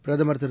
பிரதமர் திரு